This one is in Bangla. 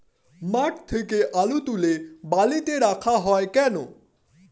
মাঠ থেকে আলু তুলে বালিতে রাখা হয় কেন?